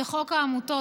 זה חוק העמותות,